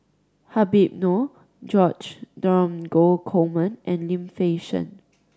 Habib Noh George Dromgold Coleman and Lim Fei Shen